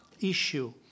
issue